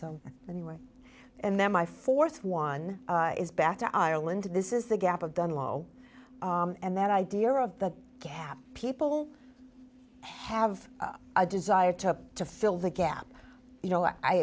so anyway and then my fourth one is back to ireland and this is the gap of done low and that idea of the gap people have a desire to to fill the gap you know